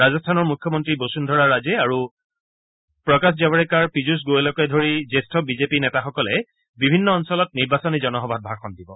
ৰাজস্থানৰ মুখ্যমন্ত্ৰী বসূন্ধৰা ৰাজে আৰু প্ৰকাশ জাৱাৰেকাৰ পীয়ুষ গোৱেলকে ধৰি জ্যেষ্ঠ বিজেপি নেতাসকলে বিভিন্ন অঞ্চলত নিৰ্বাচনী জনসভাত ভাষণ দিব